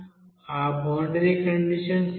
ఆ boundary conditions ఏమిటి